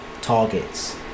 targets